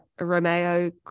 Romeo